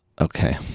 Okay